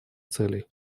целей